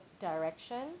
direction